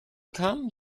kam